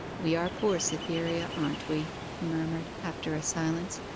we are poor, cytherea, aren't we he murmured, after a silence,